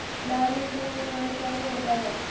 लाल मिट्टी का निर्माण कैसे होता है?